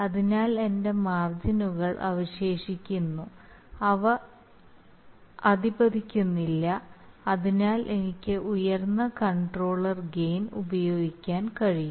അതിനാൽ എന്റെ മാർജിനുകൾ അവശേഷിക്കുന്നു അവ അധപതിക്കുന്നില്ല അതിനാൽ എനിക്ക് ഉയർന്ന കൺട്രോളർ ഗെയിൻ ഉപയോഗിക്കാൻ കഴിയും